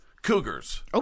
Cougars